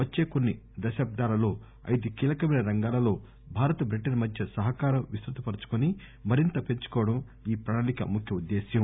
వచ్చే కొన్ని దశాబ్దాలలో ఐదు కీలకమైన రంగాలలో భారత బ్రిటన్ మధ్య సహకారం విస్తుతపర్చుకుని మరింత పెంచుకోవడం ఈ ప్రడాళిక ముఖ్య ఉద్దేశ్యం